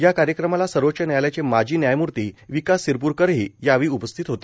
या कार्यक्रमाला सर्वोच्च न्यायालयाचे माजी न्यायमूर्ती विकास सिरपूरकर यांचीही उपस्थिती होती